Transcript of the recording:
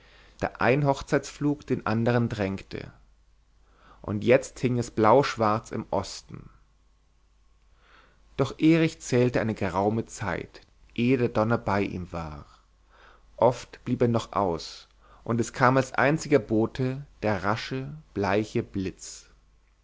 der schwärme da ein hochzeitsflug den anderen drängte und jetzt hing es blauschwarz im osten doch erich zählte eine geraume zeit ehe der donner bei ihm war oft blieb er noch aus und es kam als einziger bote der rasche bleiche blitz